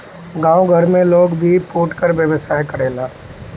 गांव घर में लोग भी फुटकर व्यवसाय करेला